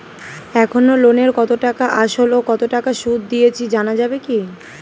এখনো লোনের কত টাকা আসল ও কত টাকা সুদ দিয়েছি জানা যাবে কি?